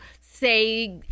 say